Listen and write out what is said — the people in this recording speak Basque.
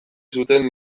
zuten